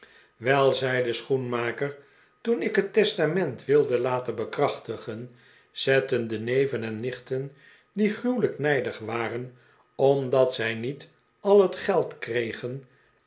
zei de schoenmaker toen ik het testament wilde laten bekrachtigen zetten de neven en nichten die gruwelijk nijdig waren omdat zij niet al het geld kregen